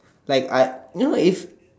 like I you know it's